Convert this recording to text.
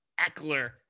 Eckler